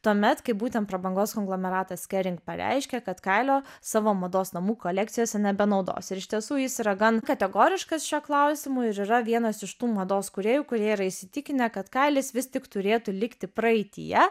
tuomet kai būtent prabangos konglomeratas kering pareiškė kad kailio savo mados namų kolekcijose nebenaudos ir iš tiesų jis yra gan kategoriškas šiuo klausimu ir yra vienas iš tų mados kūrėjų kurie yra įsitikinę kad kailis vis tik turėtų likti praeityje